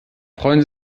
freuen